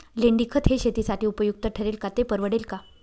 लेंडीखत हे शेतीसाठी उपयुक्त ठरेल का, ते परवडेल का?